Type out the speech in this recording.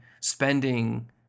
spending